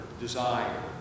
desire